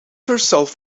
herself